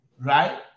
right